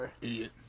Idiot